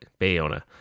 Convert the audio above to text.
Bayona